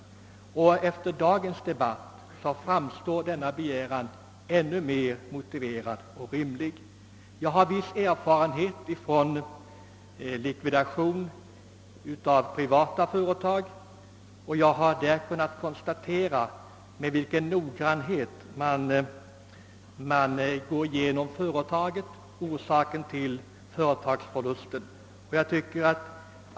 Efter dagens debatt framstår denna begäran som ännu mer motiverad och rimlig. Jag har viss erfarenhet från likvidation av privata företag, och där har jag kunnat konstatera att utredningarna om orsakerna till förlusten görs med stor noggrannhet.